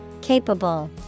capable